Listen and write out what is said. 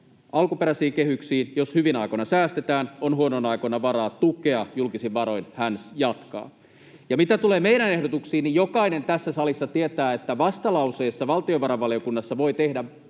alkuperäisiin kehyksiin. Jos hyvinä aikoina säästetään, on huonoina aikoina varaa tukea julkisin varoin, hän jatkaa. Mitä tulee meidän ehdotuksiimme, niin jokainen tässä salissa tietää, että vastalauseessa valtiovarainvaliokunnassa voi tehdä